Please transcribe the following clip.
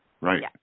right